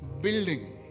building